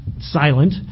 silent